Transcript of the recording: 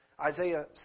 Isaiah